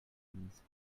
breeze